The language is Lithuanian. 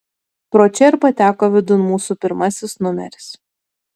pro čia ir pateko vidun mūsų pirmasis numeris